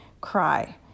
cry